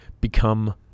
become